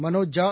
Manoj Jha